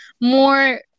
more